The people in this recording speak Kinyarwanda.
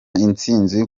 intsinzi